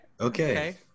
Okay